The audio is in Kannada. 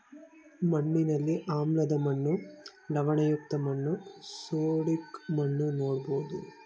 ಮಣ್ಣಿನಲ್ಲಿ ಆಮ್ಲದ ಮಣ್ಣು, ಲವಣಯುಕ್ತ ಮಣ್ಣು, ಸೋಡಿಕ್ ಮಣ್ಣು ನೋಡ್ಬೋದು